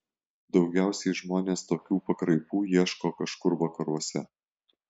daugiausiai žmonės tokių pakraipų ieško kažkur vakaruose